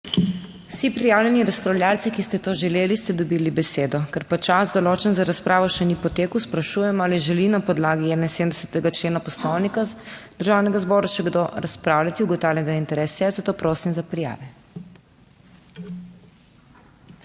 Vsi prijavljeni razpravljavci, ki ste to želeli ste dobili besedo. Ker pa čas določen za razpravo še ni potekel, sprašujem, ali želi na podlagi 71. člena Poslovnika Državnega zbora še kdo razpravljati? Ugotavljam, da je interes, zato prosim za prijave.